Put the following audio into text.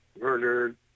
murdered